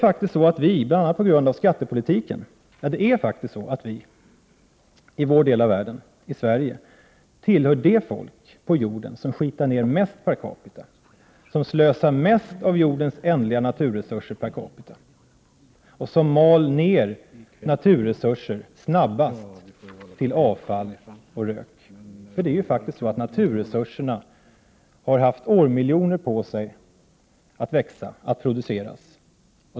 Det är faktiskt så att vi tillhör det folk på jorden som skitar ner mest per capita, som slösar mest av jordens ändliga naturresurser per capita och som mal ner naturresurser snabbast till avfall och rök. Det är faktiskt så att naturresurserna har haft årmiljoner på sig att växa och produceras.